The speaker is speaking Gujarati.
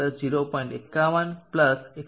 88 0